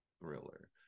thriller